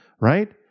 right